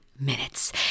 minutes